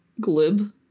Glib